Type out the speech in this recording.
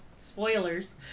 spoilers